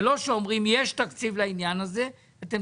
זה לא שאומרים שיש תקציב לעניין הזה ואתם